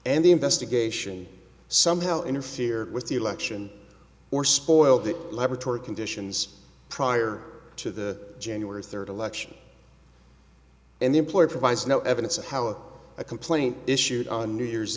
and the investigation somehow interfered with the election or spoil the laboratory conditions prior to the january third election and the employer provides no evidence of how a complaint issued on new year's